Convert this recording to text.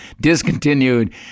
discontinued